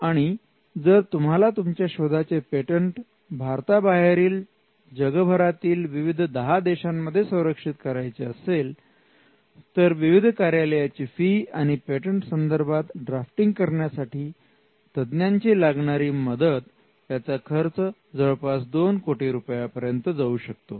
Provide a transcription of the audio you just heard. आणि जर तुम्हाला तुमच्या शोधाचे पेटंट भारताबाहेरील जगभरातील विविध 10 देशांमध्ये संरक्षित करायचे असेल तर विविध कार्यालयाची फी आणि पेटंट संदर्भात ड्राफ्टिंग करण्यासाठी तज्ञांची लागणारी मदत याचा खर्च जवळपास दोन कोटी रुपयांपर्यंत जाऊ शकतो